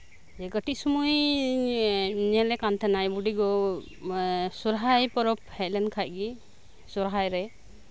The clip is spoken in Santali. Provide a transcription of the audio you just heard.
ᱠᱟᱹᱴᱤᱡ ᱥᱚᱢᱚᱭᱤᱧ ᱧᱮᱞᱮ ᱠᱟᱱ ᱛᱟᱸᱦᱮᱱᱟ ᱵᱩᱰᱤᱜᱚ ᱥᱚᱨᱦᱟᱭ ᱯᱚᱨᱚᱵᱽ ᱦᱮᱡ ᱞᱮᱱᱠᱷᱟᱱᱜᱮ ᱥᱚᱨᱦᱟᱭᱨᱮ